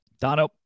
Dono